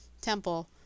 temple